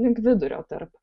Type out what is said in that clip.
link vidurio tarp